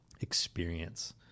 experience